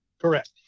Correct